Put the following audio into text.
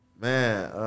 Man